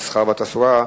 המסחר והתעסוקה,